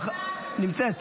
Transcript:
--- סליחה, סליחה, לא שמתי לב,